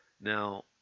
now